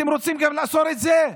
אתם רוצים גם לעצור את זה?